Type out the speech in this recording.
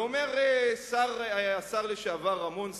ואומר כך השר לשעבר רמון,